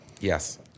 Yes